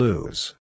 Lose